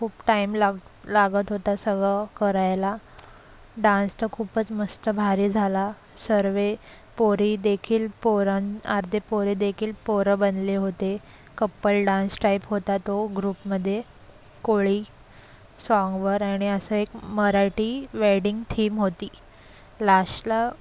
खूप टाईम लाग लागत होता सगळं करायला डान्स तर खूपच मस्त भारी झाला सर्व पोरी देखील पोरान अर्धे पोरे देखील पोरं बनले होते कप्पल डान्स टाइप होता तो ग्रुपमध्ये कोळी साँगवर आणि असं एक मराठी वेडिंग थिम होती लास्टला